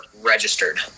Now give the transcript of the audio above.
registered